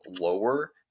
lower